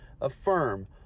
Affirm